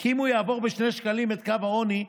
כי אם הוא יעבור בשני שקלים את קו העוני,